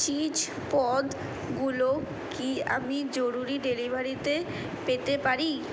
cheese পদগুলো কি আমি জরুরি ডেলিভারিতে পেতে পারি